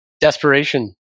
desperation